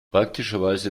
praktischerweise